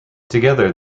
together